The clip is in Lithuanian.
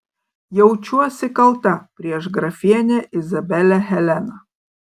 jaučiuosi kalta prieš grafienę izabelę heleną